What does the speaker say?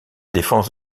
défense